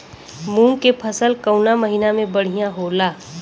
मुँग के फसल कउना महिना में बढ़ियां होला?